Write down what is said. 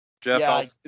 Jeff